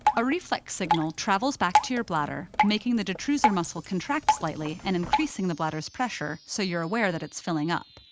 a reflex signal travels back to your bladder, making the detrusor muscle contract slightly and increasing the bladder's pressure so you're aware that it's filling up.